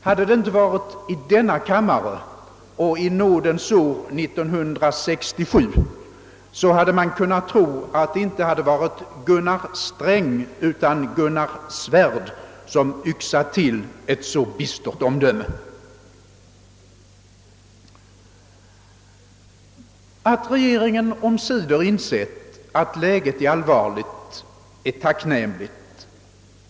Hade det inte varit i denna kammare och i nådens år 1967, hade man kunnat tro att det inte varit Gunnar Sträng utan Gunnar Svärd som yxat till ett så bistert omdöme. Att regeringen omsider insett att läget är allvarligt är tacknämligt.